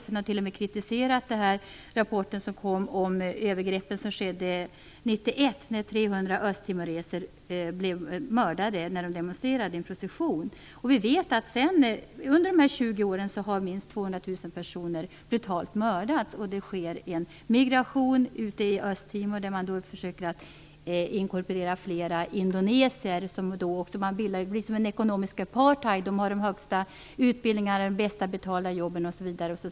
FN har t.o.m. kritiserat rapporten om övergreppen 1991 då 300 östtimoreser blev mördade när de demonstrerade i en procession. Vi vet att under dessa 20 år har minst 200 000 personer brutalt mördats. Det sker en migration i Östtimor där man försöker inkorporera flera indoneser. Det blir ett slags ekonomisk apartheid. De har de högsta utbildningarna, de bäst betalda jobben, osv.